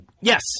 Yes